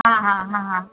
हां हां हां हां